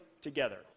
together